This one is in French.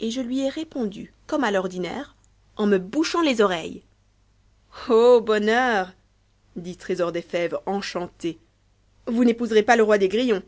et je lui ai répondu comme à l'ordinaire en me bouchant les oreilles bonheur dit trésor des fèves enchanté vous n'épouserez pas le roi des grillons